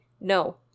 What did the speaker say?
No